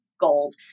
gold